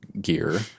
gear